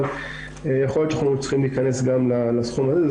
אבל יכול להיות שאנחנו צריכים להיכנס גם לסכום הזה.